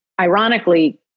ironically